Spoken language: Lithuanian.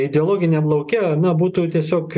ideologiniam lauke na būtų tiesiog